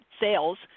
sales